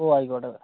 ഓ ആയിക്കോട്ടെ